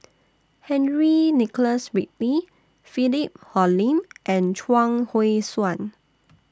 Henry Nicholas Ridley Philip Hoalim and Chuang Hui Tsuan